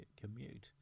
commute